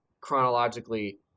chronologically